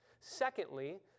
Secondly